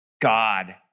God